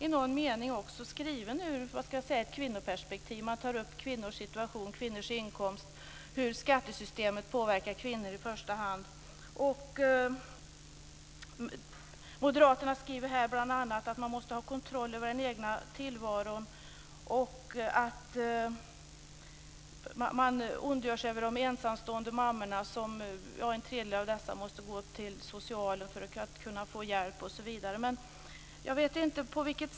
Detta medför svårigheter för individen att trygga sin ålderdom. Det finns en annan viktig fråga som vi har lyft fram, och det gäller bl.a. möjligheten att göra avdrag för sitt arbetsrum i bostaden. Detta med distansarbete är en viktig fråga som i dag håller på att utvecklas alltmer. Ett stort antal löntagare arbetar hemma i sin bostad.